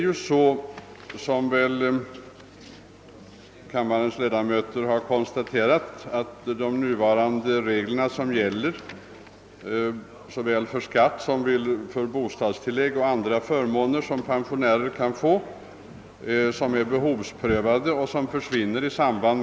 Nu gällande regler för beskattning samt för bostadstillägg och andra förmåner som en folkpensionär kan få innebär, som kammarens ledamöter väl känner till, behovsprövning.